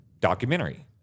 documentary